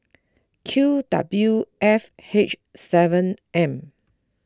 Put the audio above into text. Q W F H seven M